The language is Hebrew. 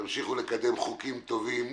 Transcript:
תמשיכו לקדם חוקים טובים,